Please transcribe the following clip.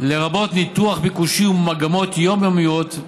לרבות ניתוח ביקושים ומגמות יומיומיות,